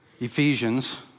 Ephesians